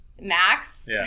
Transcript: Max